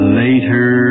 later